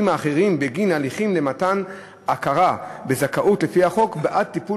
אחרים בגין הליכים למתן הכרה בזכאות לפי החוק בעד טיפול